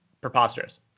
preposterous